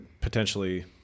potentially